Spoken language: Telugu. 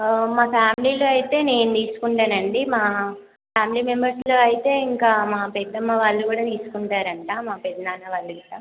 మా ఫ్యామిలీలో అయితే నేను తీసుకుంటానండి మా ఫ్యామిలీ మెంబర్స్లో అయితే ఇంకా మా పెద్దమ్మ వాళ్ళు కూడా తీసుకుంటారంట మా పెదనాన్న వాళ్ళు గట్రా